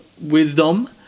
wisdom